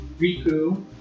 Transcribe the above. Riku